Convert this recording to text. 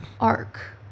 ARC